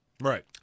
Right